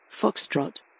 Foxtrot